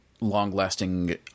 long-lasting –